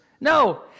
No